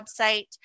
website